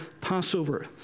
Passover